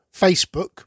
Facebook